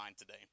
today